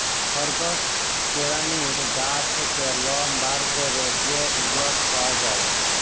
খরগস পেরানীর গা থ্যাকে লম বার ক্যরে যে উলট পাওয়া যায়